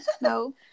No